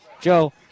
Joe